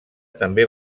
també